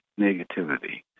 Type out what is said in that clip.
negativity